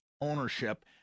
ownership